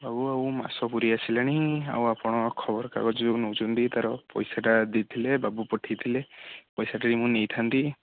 ବାବୁ ଆଉ ମାସ ପୁରି ଆସିଲାଣି ଆଉ ଆପଣ ଖବର କାଗଜ ଯେଉଁ ନେଉଛନ୍ତି ତା'ର ପଇସାଟା ଦେଇଥିଲେ ବାବୁ ପଠେଇ ଥିଲେ ପଇସାଟା ବି ମୁଁ ନେଇଥାନ୍ତି